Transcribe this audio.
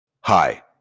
Hi